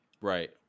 Right